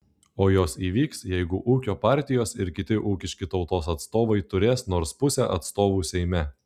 o jos įvyks jeigu ūkio partijos ir kiti ūkiški tautos atstovai turės nors pusę atstovų seime